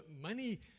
money